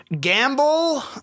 gamble